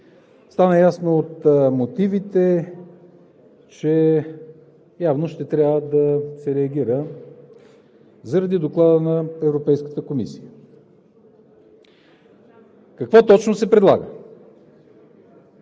Стана ясно от мотивите, че явно ще трябва да се реагира заради Доклада на Европейската комисия. Какво точно се предлага?